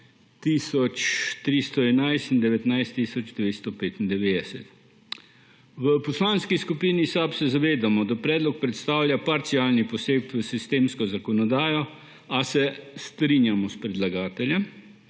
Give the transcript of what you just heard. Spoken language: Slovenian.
19 tisoč 295. V Poslanski skupini SAB se zavedamo, da predlog predstavlja parcialni poseg v sistemsko zakonodajo, a se strinjamo s predlagateljem,